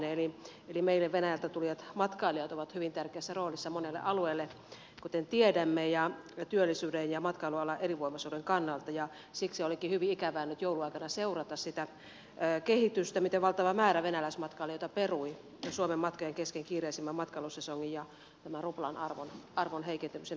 eli meille venäjältä tulevat matkailijat ovat hyvin tärkeässä roolissa monella alueella kuten tiedämme työllisyyden ja matkailualan elinvoimaisuuden kannalta ja siksi olikin hyvin ikävää nyt joulun aikana seurata sitä kehitystä miten valtava määrä venäläismatkailijoita perui suomen matkoja kesken kiireisimmän matkailusesongin ruplan arvon heikentymisen takia